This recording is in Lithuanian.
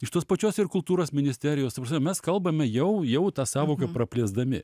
iš tos pačios ir kultūros ministerijos ta prasme mes kalbame jau jau tą sąvoką praplėsdami